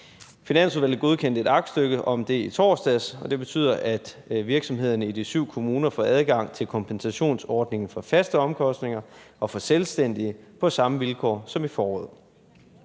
Finansudvalget godkendte et aktstykke om det i torsdags, og det betyder, at virksomhederne i de syv kommuner får adgang til kompensationsordningen for faste omkostninger og for selvstændige på samme vilkår som i foråret.